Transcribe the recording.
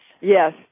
Yes